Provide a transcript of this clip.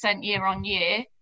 year-on-year